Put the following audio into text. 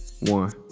One